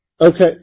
Okay